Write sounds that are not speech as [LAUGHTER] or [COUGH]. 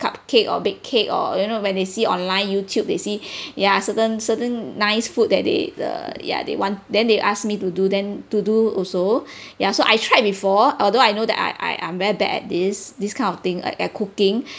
cupcake or bake cake or you know when they see online youtube they see [BREATH] ya certain nice food that they the ya they want then they ask me to do then to do also [BREATH] ya so I tried before although I know that I I I'm very bad at this this kind of thing like cooking